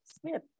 Smith